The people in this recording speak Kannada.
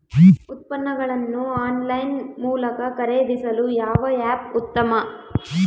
ಉತ್ಪನ್ನಗಳನ್ನು ಆನ್ಲೈನ್ ಮೂಲಕ ಖರೇದಿಸಲು ಯಾವ ಆ್ಯಪ್ ಉತ್ತಮ?